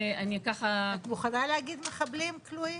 את מוכנה להגיד מחבלים כלואים?